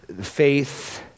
faith